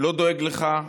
לא דואג לך.